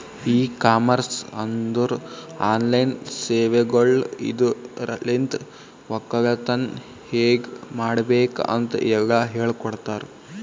E commerce ಅಂದುರ್ online ಸೇವೆಗೊಳ್ ಇದುರಲಿಂತ್ ಒಕ್ಕಲತನ ಹೇಗ್ ಮಾಡ್ಬೇಕ್ ಅಂತ್ ಎಲ್ಲಾ ಹೇಳಕೊಡ್ತಾರ್